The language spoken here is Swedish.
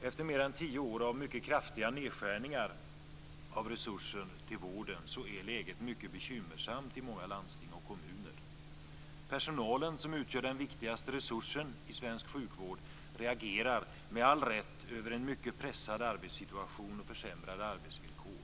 Efter mer än tio år av mycket kraftiga nedskärningar av resurser till vården är läget mycket bekymmersamt i många landsting och kommuner. Personalen, som utgör den viktigaste resursen i svensk sjukvård, reagerar med all rätt över en mycket pressad arbetssituation och försämrade arbetsvillkor.